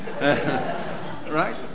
Right